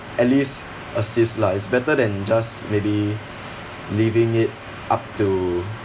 at least assist lah it's better than just maybe leaving it up to